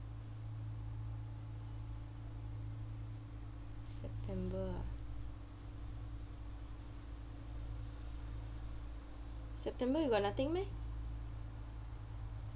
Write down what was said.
september ah september you got nothing meh